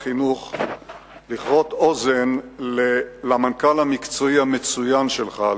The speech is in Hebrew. לכרות אוזן למנכ"ל המקצועי המצוין שלך,